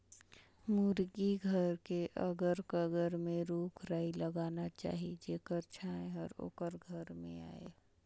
मुरगी घर के अगर कगर में रूख राई लगाना चाही जेखर छांए हर ओखर घर में आय